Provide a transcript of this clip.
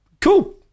cool